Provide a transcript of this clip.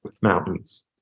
Mountains